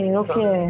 okay